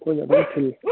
ꯑꯩꯈꯣꯏ ꯑꯗꯨꯝ ꯊꯤꯜꯂꯤ